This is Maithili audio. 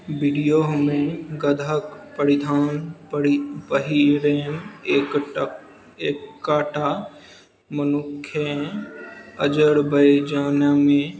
वीडियोहमे गदहक परिधान परि पहिरने एकटा एकाटा मनुक्खके अजरबैजानमे